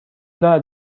دارد